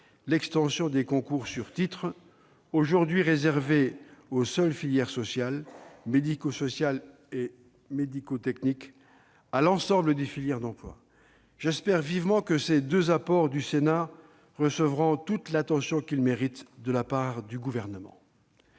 d'emplois des concours sur titres, aujourd'hui réservés aux seules filières sociales, médico-sociale et médico-technique. J'espère vivement que ces deux apports du Sénat recevront toute l'attention qu'ils méritent de la part du Gouvernement.